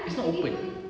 it's not open